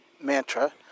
mantra